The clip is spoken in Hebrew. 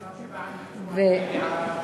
אפשר שבעל מקצוע יעיר הערה?